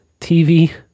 TV